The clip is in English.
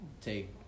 take